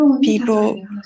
people